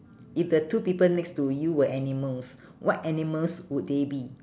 if the two people next to you were animals what animals would they be